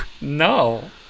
No